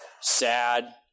Sad